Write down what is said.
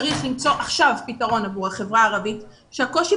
צריך למצוא עכשיו פתרון עבור החברה הערבית שהקושי